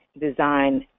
design